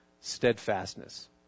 steadfastness